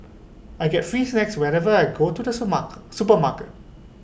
I get free snacks whenever I go to the super mark supermarket